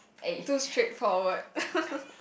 too straightforward